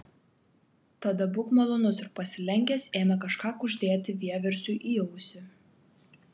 tada būk malonus ir pasilenkęs ėmė kažką kuždėti vieversiui į ausį